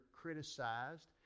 criticized